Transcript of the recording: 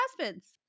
husbands